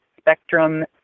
Spectrum